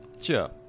sure